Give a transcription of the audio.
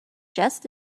just